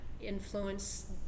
influence